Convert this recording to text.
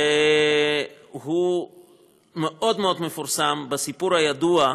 והוא מאוד מאוד מפורסם בסיפור הידוע,